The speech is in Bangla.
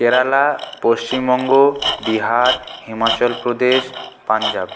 কেরালা পশ্চিমবঙ্গ বিহার হিমাচল প্রদেশ পঞ্জাব